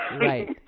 right